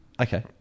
Okay